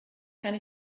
kann